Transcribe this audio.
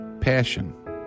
passion